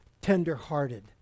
tenderhearted